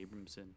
abramson